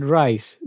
rice